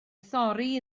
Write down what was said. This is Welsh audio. thorri